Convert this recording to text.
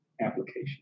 application